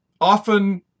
often